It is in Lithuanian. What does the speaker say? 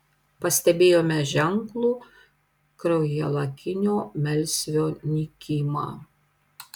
pastebėjome ženklų kraujalakinio melsvio nykimą